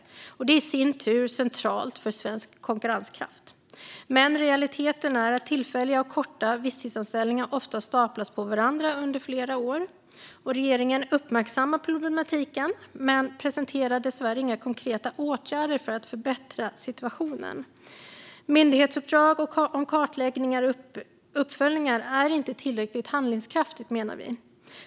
Detta är i sin tur centralt för svensk konkurrenskraft. Men realiteten är att tillfälliga och korta visstidsanställningar ofta staplas på varandra under flera år. Regeringen uppmärksammar problematiken men presenterar dessvärre inga konkreta åtgärder för att förbättra situationen. Myndighetsuppdrag i form av kartläggningar och uppföljningar är inte tillräckligt handlingskraftigt, menar vi.